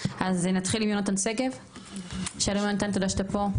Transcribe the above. נתחיל עם יהונתן שגב, שלום יהונתן, תודה שאתה פה.